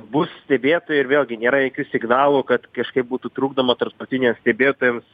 bus stebėtojai ir vėlgi nėra jokių signalų kad kažkaip būtų trukdoma tarptautiniams stebėtojams